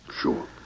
Sure